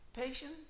patient